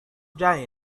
die